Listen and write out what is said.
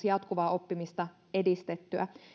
jatkuvaa oppimista edistettyä